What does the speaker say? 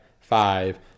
Five